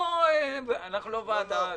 אענה על השאלות.